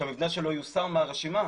שהמבנה שלו יוסר מהרשימה.